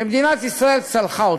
שמדינת ישראל צלחה אותו.